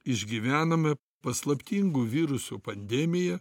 išgyvenome paslaptingo viruso pandemiją